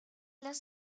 las